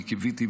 אני קיוויתי,